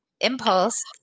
impulse